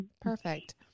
Perfect